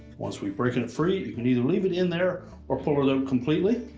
once we break it it free, you can either leave it in there or pull it out completely.